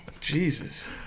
Jesus